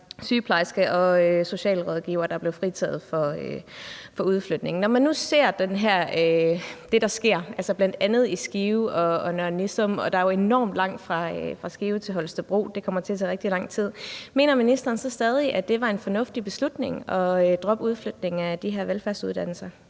sygeplejerske og socialrådgiver, der blev fritaget for udflytning. Når man nu ser det, der sker, altså bl.a. i Skive og Nørre Nissum, og der er jo enormt langt fra Skive til Holstebro – det kommer til at tage rigtig lang tid – mener ministeren så stadig, at det var en fornuftig beslutning at droppe udflytningen af de her velfærdsuddannelser?